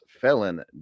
Felon